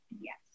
Yes